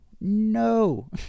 no